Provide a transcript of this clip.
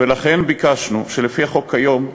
ולכן ביקשנו, שלפי החוק כיום,